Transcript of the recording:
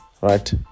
right